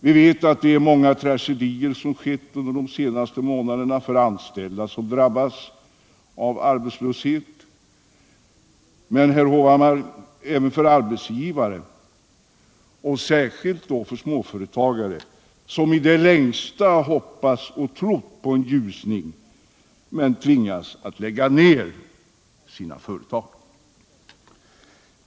Vi vet att många tragedier har inträffat under de senaste månaderna bland anställda som drabbats av arbetslöshet, men — herr Hovhammar — även för arbetsgivare, särskilt småföretagare, som i det längsta hoppats och trott på en ljusning men som tvingats att lägga ned sina företag.